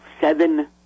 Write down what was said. seven